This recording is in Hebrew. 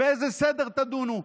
באיזה סדר תדונו.